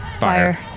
Fire